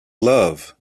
love